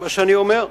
זה מה שאני אומר.